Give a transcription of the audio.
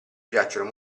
piacciono